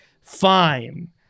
Fine